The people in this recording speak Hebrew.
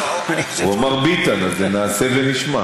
הוא אמר ביטן, אז זה "נעשה ונשמע".